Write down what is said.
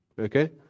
okay